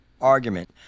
argument